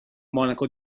monaco